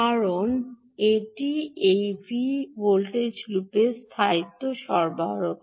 কারণ এটিই এই ভোল্টেজ লুপের স্থায়িত্ব সরবরাহ করে